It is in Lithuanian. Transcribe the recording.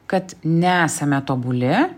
kad nesame tobuli